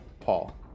Paul